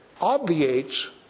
obviates